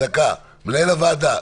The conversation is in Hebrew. מנהל הוועדה,